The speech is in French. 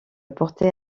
porter